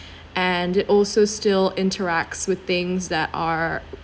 and it also still interacts with things that are